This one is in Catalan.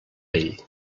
vell